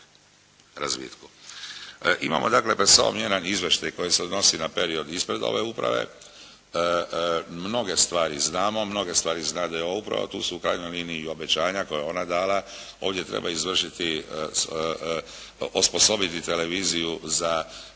Imamo dakle pred sobom jedan izvještaj koji se odnosi na period ispred ove uprave. Mnoge stvari znamo. Mnoge stvari znade uprava. Tu su u krajnjoj liniji i obećanja koja je ona dala. Ovdje treba izvršiti, osposobiti Televiziju za nove